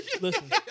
Listen